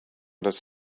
does